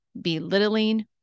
belittling